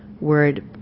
word